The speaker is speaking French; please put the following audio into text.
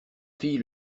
fille